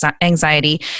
anxiety